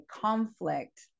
conflict